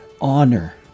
honor